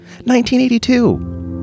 1982